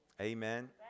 Amen